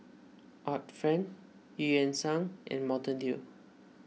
Art Friend Eu Yan Sang and Mountain Dew